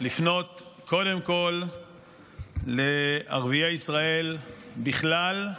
לפנות קודם כול לערביי ישראל בכלל,